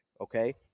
Okay